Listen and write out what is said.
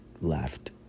left